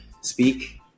speak